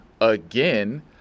again